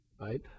Right